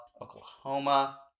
Oklahoma